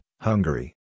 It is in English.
Hungary